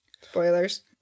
spoilers